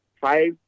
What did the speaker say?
five